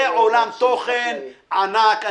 זה עולם תוכן ענק.